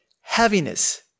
heaviness